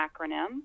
acronym